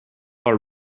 our